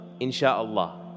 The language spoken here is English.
inshaAllah